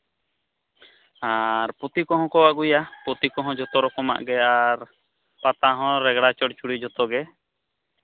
ᱟᱨ ᱯᱩᱛᱷᱤ ᱠᱚᱦᱚᱸ ᱟᱹᱜᱩᱭᱟ ᱯᱩᱛᱷᱤ ᱠᱚᱦᱚᱸ ᱡᱚᱛᱚ ᱨᱚᱠᱚᱢᱟᱜ ᱜᱮ ᱟᱨ ᱯᱟᱛᱟ ᱦᱚᱸ ᱨᱮᱜᱽᱲᱟ ᱪᱚᱲᱼᱪᱚᱲᱤ ᱡᱚᱛᱚ ᱜᱮ